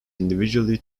individually